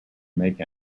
make